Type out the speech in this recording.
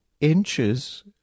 inches